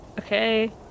Okay